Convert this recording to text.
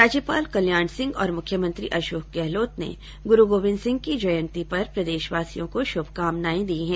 राज्यपाल कल्याण सिंह और मुख्यमंत्री अशोक गहलोत ने गुरू गोविन्द सिंह की जयन्ती पर प्रदेशवासियों को शुभकानाएं दी हैं